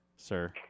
Sir